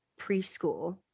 preschool